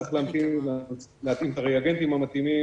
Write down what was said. צריך להתאים את הריאגנטים המתאימים.